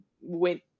went